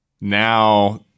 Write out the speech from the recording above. now